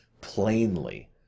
plainly